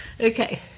Okay